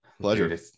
pleasure